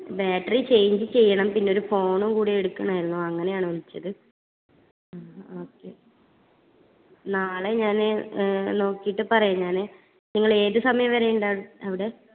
battery change ചെയ്യണം പിന്നെ ഒരു ഫോണും കൂടി എടുക്കണമായിരുന്നു അങ്ങനെയാണ് വിളിച്ചത് ആ ഓക്കേ നാളെ ഞാൻ നോക്കിയിട്ട് പറയാം ഞാൻ നിങ്ങൾ ഏത് സമയം വരെ ഉണ്ടാകും അവിടെ